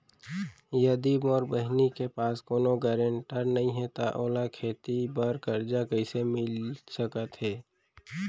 यदि मोर बहिनी के पास कोनो गरेंटेटर नई हे त ओला खेती बर कर्जा कईसे मिल सकत हे?